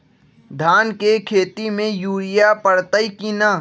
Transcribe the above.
धान के खेती में यूरिया परतइ कि न?